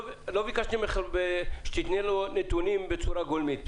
לא ביקשתי ממך שתתני לנו נתונים בצורה גולמית.